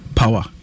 power